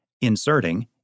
inserting